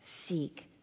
seek